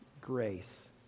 grace